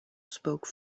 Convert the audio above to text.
spoke